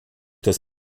das